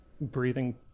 breathing